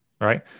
Right